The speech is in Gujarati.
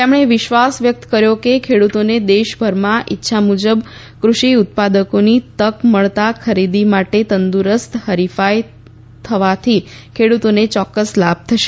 તેમણે વિશ્વાસ વ્યક્ત કર્યો હતો કે ખેડૂતોને દેશભરમાં ઈચ્છામુજબ કૃષિ ઉત્પાદનોની તક મળતાં ખરીદી માટે તંદુરસ્ત હરિફાઈ થવાથી ખેડૂતોને ચોક્કસ લાભ થશે